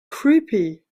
creepy